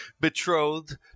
betrothed